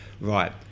right